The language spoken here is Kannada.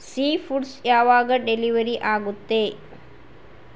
ಸೀ ಫುಡ್ಸ್ ಯಾವಾಗ ಡೆಲಿವರಿ ಆಗುತ್ತೆ